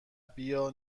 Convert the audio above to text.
بیا